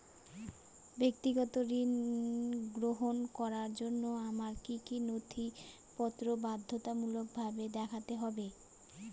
ব্যক্তিগত ঋণ গ্রহণ করার জন্য আমায় কি কী নথিপত্র বাধ্যতামূলকভাবে দেখাতে হবে?